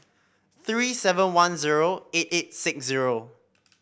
three seven one zero eight eight six zero